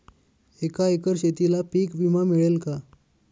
एका एकर शेतीला पीक विमा मिळेल का?